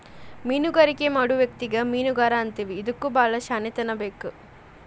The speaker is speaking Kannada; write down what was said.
ಮೇನುಗಾರಿಕೆ ಮಾಡು ವ್ಯಕ್ತಿಗೆ ಮೇನುಗಾರಾ ಅಂತೇವಿ ಇದಕ್ಕು ಬಾಳ ಶ್ಯಾಣೆತನಾ ಬೇಕ